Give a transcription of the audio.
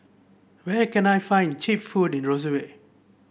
where can I find cheap food in Roseau